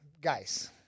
guys